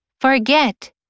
Forget